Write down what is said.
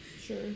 sure